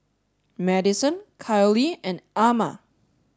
Madyson Kiley and Amma